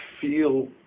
feel